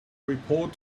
report